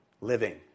living